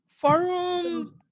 forum